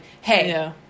hey